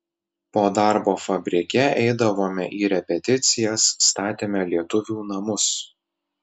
po darbo fabrike eidavome į repeticijas statėme lietuvių namus